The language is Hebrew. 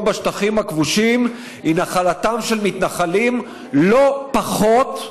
בשטחים הכבושים היא נחלתם של מתנחלים לא פחות,